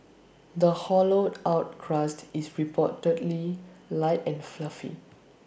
the hollowed out crust is reportedly light and fluffy